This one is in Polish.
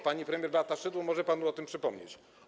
Pani premier Beata Szydło może panu o tym przypomnieć.